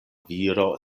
viro